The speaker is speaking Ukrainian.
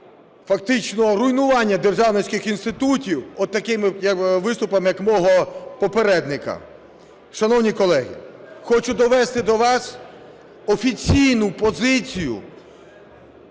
фактично руйнування державницьких інститутів отакими виступами, як у мого попередника. Шановні колеги, хочу довести до вас офіційну позицію